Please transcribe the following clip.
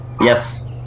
Yes